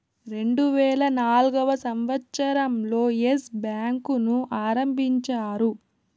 రెండువేల నాల్గవ సంవచ్చరం లో ఎస్ బ్యాంకు ను ఆరంభించారు